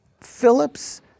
Phillips